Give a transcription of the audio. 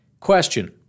Question